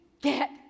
get